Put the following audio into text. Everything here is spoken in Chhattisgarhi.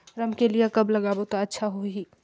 रमकेलिया कब लगाबो ता अच्छा होही?